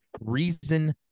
reason